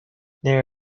they